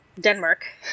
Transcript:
Denmark